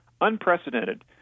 unprecedented